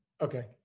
Okay